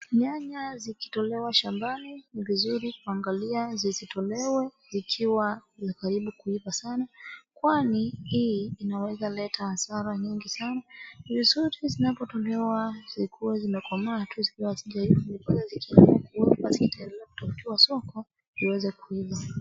Nyanya zikitolewa shambani ni vizuri kuangalia zisitolewe zikiwa karibu kuiva sana kwani hii inaweza leta hasara nyingi sana ni vizuri zinapotolewa zikuwe zimeomaa tu zikiwa hazijaiva ndiposa zikiendelea kutafutiwa soko ziweze kuiva